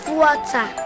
water